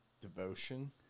Devotion